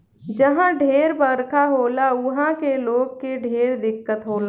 जहा ढेर बरखा होला उहा के लोग के ढेर दिक्कत होला